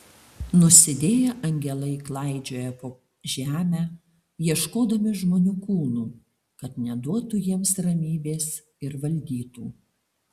nusidėję angelai klaidžioja po žemę ieškodami žmonių kūnų kad neduotų jiems ramybės ir valdytų